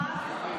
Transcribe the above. כבוד היושב-ראש,